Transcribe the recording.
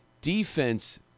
Defense